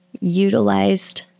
utilized